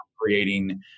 creating